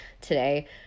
today